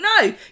no